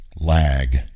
Lag